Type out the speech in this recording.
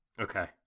Okay